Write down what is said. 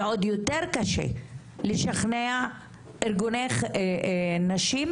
ועוד יותר קשה לשכנע ארגוני נשים